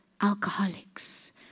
alcoholics